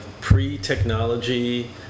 pre-technology